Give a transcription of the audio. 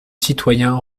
citoyen